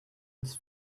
its